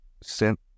sent